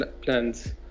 plans